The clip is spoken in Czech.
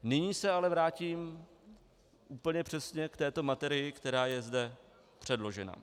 Nyní se ale vrátím úplně přesně k této materii, která je zde předložena.